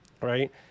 right